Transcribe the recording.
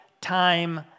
time